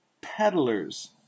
Peddlers